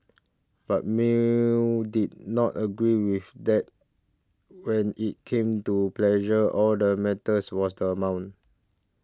but Mill did not agree with that when it came to pleasure all that matters was the amount